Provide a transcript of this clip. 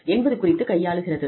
என்பது குறித்து கையாளுகிறது